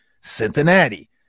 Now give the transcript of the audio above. Cincinnati